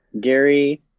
Gary